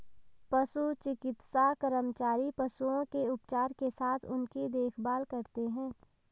पशु चिकित्सा कर्मचारी पशुओं के उपचार के साथ उनकी देखभाल करते हैं